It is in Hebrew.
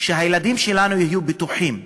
שהילדים שלנו יהיו בטוחים,